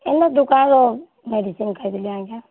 ଦୁକାନ୍ରୁ medicine ଖାଇଥିଲି ଆଜ୍ଞା